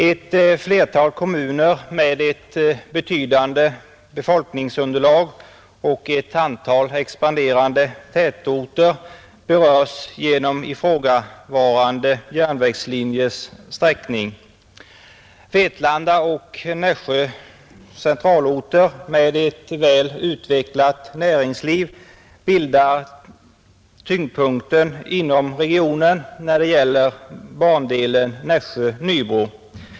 Ett flertal kommuner med ett betydande befolkningsunderlag och ett antal expanderande tätorter berörs av ifrågavarande järnvägslinjer. Vetlanda och Nässjö centralorter med ett väl utvecklat näringsliv bildar tyngdpunkten inom regionen vid bandelen Nässjö—-Nybro.